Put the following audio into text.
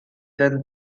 than